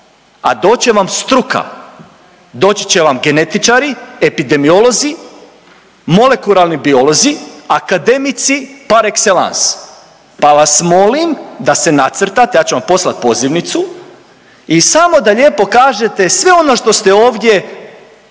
a doći će vam struka, doći će vam genetičari, epidemiolozi, molekularni biolozi, akademici, par excellence, pa vas molim da se nacrtate, ja ću vam poslat pozivnicu i samo da lijepo kažete sve ono što ste ovdje